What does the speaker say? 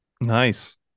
Nice